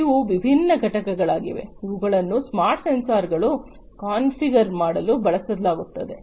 ಇವು ವಿಭಿನ್ನ ಘಟಕಗಳಾಗಿವೆ ಇವುಗಳನ್ನು ಸ್ಮಾರ್ಟ್ ಸೆನ್ಸರ್ಗಳನ್ನು ಕಾನ್ಫಿಗರ್ ಮಾಡಲು ಬಳಸಲಾಗುತ್ತದೆ